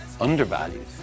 undervalued